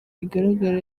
igaragaza